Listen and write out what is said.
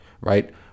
right